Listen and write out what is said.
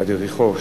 ליד יריחו.